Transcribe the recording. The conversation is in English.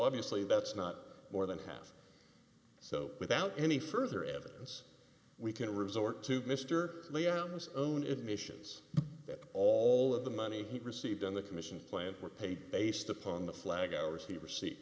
obviously that's not more than half so without any further evidence we can resort to mr lay out his own admissions that all of the money he received on the commission plant were paid based upon the flag hours he receipt